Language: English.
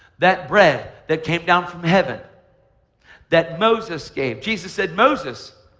that bread that came down from heaven that moses gave. jesus said, moses,